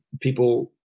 people